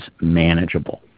manageable